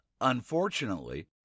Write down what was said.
Unfortunately